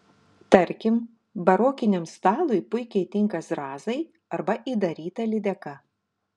tarkim barokiniam stalui puikiai tinka zrazai arba įdaryta lydeka